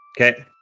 Okay